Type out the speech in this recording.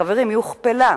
חברים, היא הוכפלה.